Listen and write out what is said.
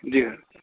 جی سر